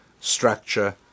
structure